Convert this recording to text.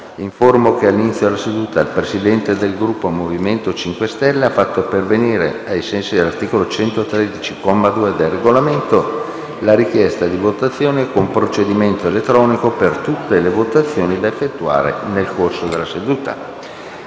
che all'inizio della seduta il Presidente del Gruppo MoVimento 5 Stelle ha fatto pervenire, ai sensi dell'articolo 113, comma 2, del Regolamento, la richiesta di votazione con procedimento elettronico per tutte le votazioni da effettuare nel corso della seduta.